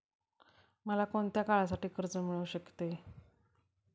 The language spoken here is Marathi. मला कोणत्या काळासाठी कर्ज मिळू शकते?